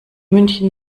münchen